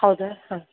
ಹೌದಾ ಹಾಂ